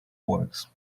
works